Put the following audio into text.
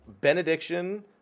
benediction